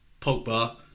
Pogba